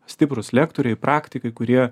stiprūs lektoriai praktikai kurie